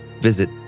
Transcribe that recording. visit